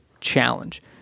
challenge